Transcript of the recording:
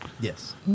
Yes